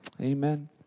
Amen